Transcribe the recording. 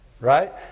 Right